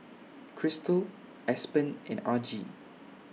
Kristal Aspen and Argie